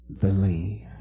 believe